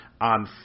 On